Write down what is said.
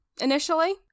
initially